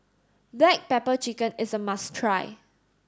black pepper chicken is a must try